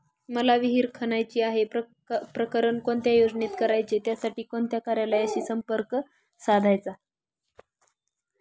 मला विहिर खणायची आहे, प्रकरण कोणत्या योजनेत करायचे त्यासाठी कोणत्या कार्यालयाशी संपर्क साधायचा?